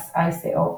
SUS,